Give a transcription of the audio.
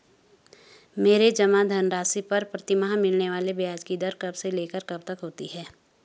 मेरे जमा धन राशि पर प्रतिमाह मिलने वाले ब्याज की दर कब से लेकर कब तक होती है?